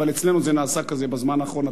אבל אצלנו זה נעשה כזה בזמן האחרון,